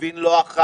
לוין לא אחת,